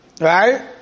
Right